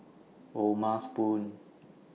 O'ma Spoon